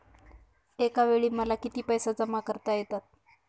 एकावेळी मला किती पैसे जमा करता येतात?